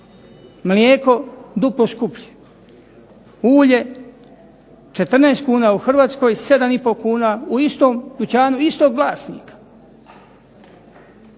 Mlijeko duplo skuplje, ulje 14 kuna u Hrvatskoj, 7,5 kuna u istom dućanu istog vlasnika.